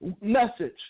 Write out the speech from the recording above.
message